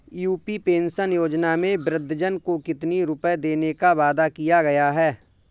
UP pension योजना में वृद्धजन को कितनी रूपये देने का वादा किया गया है?